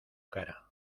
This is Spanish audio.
cara